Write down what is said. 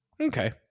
Okay